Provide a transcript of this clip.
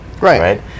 Right